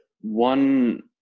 one